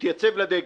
התייצב לדגל,